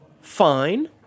fine